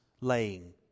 laying